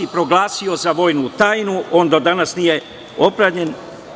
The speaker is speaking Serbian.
i proglasio za vojnu tajnu, on do danas nije popravljen.